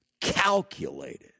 calculated